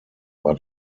war